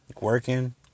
working